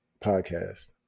Podcast